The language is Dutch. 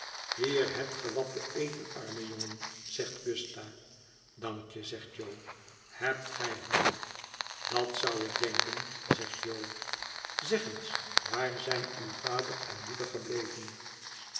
hier hebt ge wat te eten arme jongen zegt gusta dankje zegt jo hebt gij honger dat zou ik denken zegt jo zeg eens waar zijn uw vader en moeder gebleven